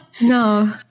No